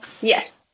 Yes